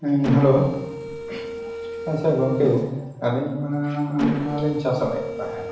ᱦᱮᱸ ᱟᱪᱪᱷᱟ ᱜᱚᱢᱠᱮ ᱟᱹᱞᱤᱧ ᱢᱟ ᱞᱤᱧ ᱪᱟᱥ ᱵᱟᱲᱟᱭᱮᱫ ᱛᱟᱦᱮᱱᱚᱜ